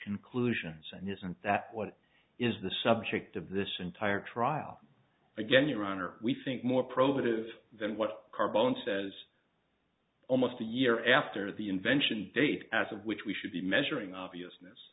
conclusions and isn't that what is the subject of this entire trial again your honor we think more provocative than what carbone says almost a year after the invention date as of which we should be measuring obvious